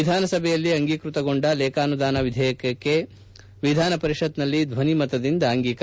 ವಿಧಾನ ಸಭೆಯಲ್ಲಿ ಅಂಗೀಕೃತಗೊಂಡ ಲೇಖಾನುದಾನ ವಿಧೇಯಕಕ್ಕೆ ವಿಧಾನ ಪರಿಷತ್ತಿನಲ್ಲಿ ಧ್ವನಿ ಮತದಿಂದ ಆಂಗೀಕಾರ